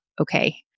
okay